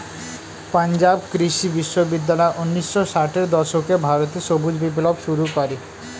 পাঞ্জাব কৃষি বিশ্ববিদ্যালয় ঊন্নিশো ষাটের দশকে ভারতে সবুজ বিপ্লব শুরু করে